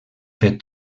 fet